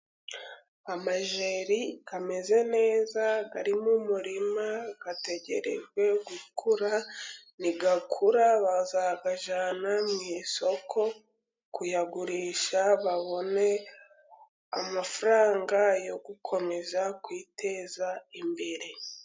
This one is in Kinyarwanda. Amajeri ameze neza, ari mu murima, ategerejwe gukura, nakura bazahayajyana mu isoko, kuyagurisha babone amafaranga yo gukomeza kwiteza imbere.